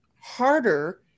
harder